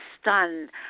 stunned